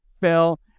Phil